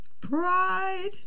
Pride